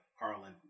Harlan